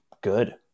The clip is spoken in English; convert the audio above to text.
good